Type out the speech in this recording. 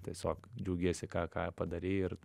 tiesiog džiaugiesi ką ką padarei ir